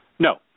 No